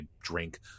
drink